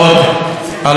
אנחנו מבקשים,